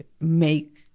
make